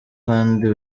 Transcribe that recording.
kandi